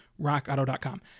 RockAuto.com